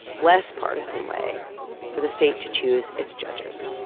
less partisan way for the state to choose its judges